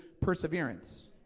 perseverance